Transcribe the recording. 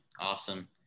awesome